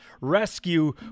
rescue